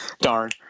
darn